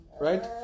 right